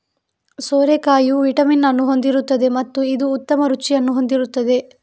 ಸೋರೆಕಾಯಿಯು vitamin ಅನ್ನು ಹೊಂದಿರುತ್ತದೆ ಮತ್ತು ಇದು ಉತ್ತಮ ರುಚಿಯನ್ನು ಹೊಂದಿರುತ್ತದೆ